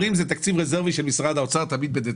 תקציב רזרבי של משרד האוצר.